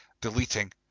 deleting